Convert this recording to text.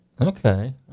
Okay